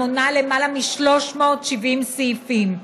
המונה למעלה מ-370 סעיפים,